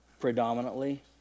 predominantly